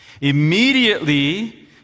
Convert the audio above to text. Immediately